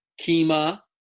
Kima